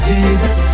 Jesus